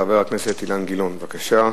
חבר הכנסת אילן גילאון, בבקשה.